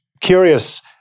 curious